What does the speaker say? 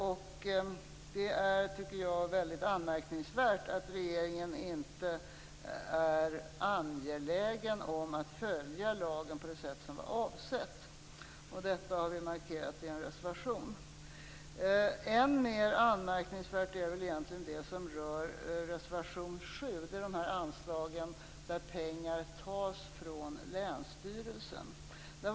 Det är, tycker jag, mycket anmärkningsvärt att regeringen inte är angelägen om att följa lagen på det sätt som var avsett. Detta har vi markerat i en reservation. Än mer anmärkningsvärt är väl egentligen det som rör reservation 7. Det gäller anslag där pengar tas från länsstyrelsen.